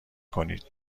کنید